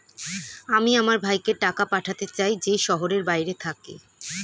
আমি আমার ভাইকে টাকা পাঠাতে চাই যে শহরের বাইরে থাকে